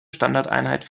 standardeinheit